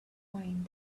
mind